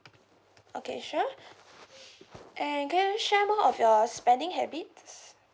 okay sure and can you share more of your spending habits